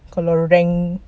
kalau rank